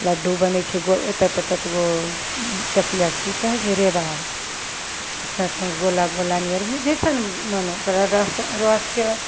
लड्डू बनै छै गोल एत एतगो चकिआ कि कहै छै रेबार एतना एतना गोला गोला नियर भी जइसन मोन ओकरा रस रसके